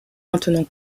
maintenant